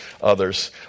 others